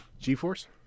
g-force